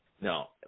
No